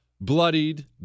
Bloodied